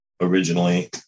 originally